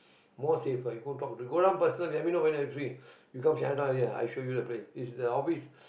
more safe ah you go talk you go down personal let me know whether you free you come Chinatown already I show you the place is the office